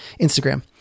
Instagram